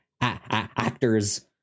actors